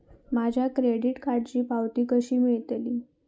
माझ्या क्रेडीट कार्डची पावती कशी मिळतली?